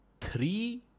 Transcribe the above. three